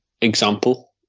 example